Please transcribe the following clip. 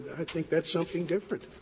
i think that's something different.